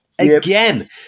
again